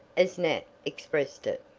as nat expressed it.